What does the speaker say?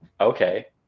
okay